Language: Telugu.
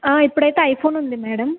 ఇప్పుడైతే ఐఫోన్ ఉంది మేడం